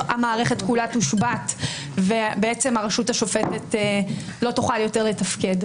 המערכת כולה תושבת והרשות השופטת לא תוכל יותר לתפקד?